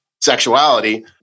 sexuality